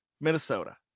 Minnesota